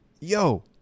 yo